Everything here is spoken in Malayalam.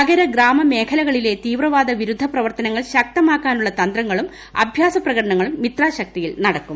നഗര ഗ്രാമ മേഖലകളിലെ തീവ്രവാദ വിരുദ്ധ പ്രവർത്തനങ്ങൾ ശക്തമാക്കാനുള്ള തന്ത്രങ്ങളും അഭ്യാസ പ്രകടനങ്ങളും മിത്രാശക്തിയിൽ നടക്കും